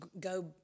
go